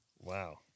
Wow